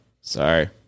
Sorry